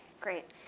great